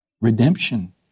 redemption